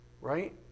right